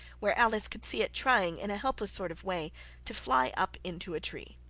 where alice could see it trying in a helpless sort of way to fly up into a tree.